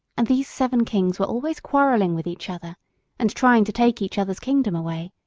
and these seven kings were always quarrelling with each other and trying to take each other's kingdom away,